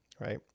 right